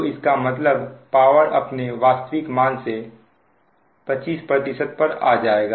तो इसका मतलब पावर अपने वास्तविक मान से 25 पर आ जाएगा